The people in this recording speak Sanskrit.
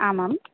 आमाम्